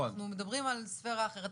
אנחנו מדברים על ספרה אחרת,